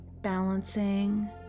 balancing